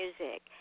music